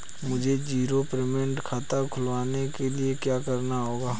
मुझे zero payment खाता खुलवाने के लिए क्या करना होगा?